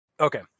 Okay